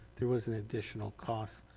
there was an additional cost,